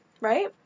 Right